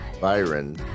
Byron